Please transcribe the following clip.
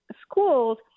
schools